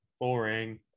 Boring